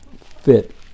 fit